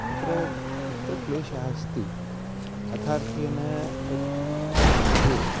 तत्र कुत्र क्लेशः अस्ति यथार्थ्येन तत् मध्ये